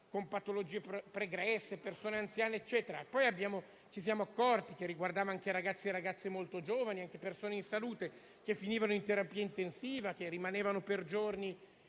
con patologie pregresse e le persone anziane. Poi ci siamo accorti che riguardava anche ragazzi e ragazze molto giovani, pure persone in salute, che finivano in terapia intensiva, che rimanevano per giorni